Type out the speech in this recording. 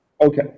Okay